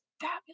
fabulous